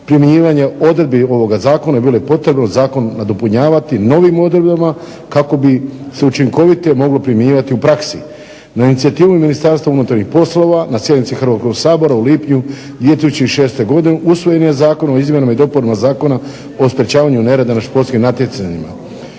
primjenjivanja odredbi ovoga Zakona bilo je potrebno zakon nadopunjavati novim odredbama kako bi se učinkovito moglo primjenjivati u praksi. Na inicijativu Ministarstva unutarnjih poslova na sjednici Hrvatskog sabora u lipnju 2006. godine usvojen je Zakon o izmjenama i dopunama Zakona o sprječavanju nereda na športskim natjecanjima.